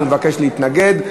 והוא מבקש להתנגד.